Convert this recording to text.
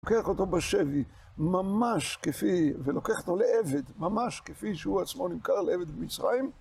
לוקח אותו בשבי ממש כפי, ולוקח אותו לעבד ממש כפי שהוא עצמו נמכר לעבד במצרים